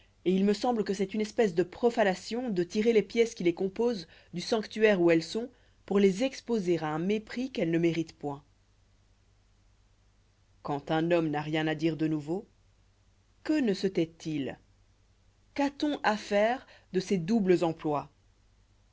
et il me semble que c'est une espèce de profanation de tirer les pièces qui les composent du sanctuaire où elles sont pour les exposer à un mépris qu'elles ne méritent point quand un homme n'a rien à dire de nouveau que ne se tait il qu'a-t-on affaire de ces doubles emplois